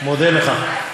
מודה לך.